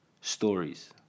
stories